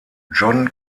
john